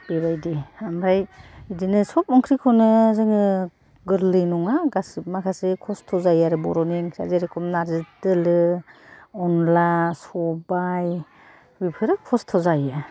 बेबायदि ओमफाय बिदिनो सब ओंख्रिखौनो जोङो गोरलै नङा गासिबो माखासे खस्थ' जायो आरो बर'नि ओंख्रिया जेरेखम नारजि दोलो अनला सबाइ बेफोरो खस्थ' जायो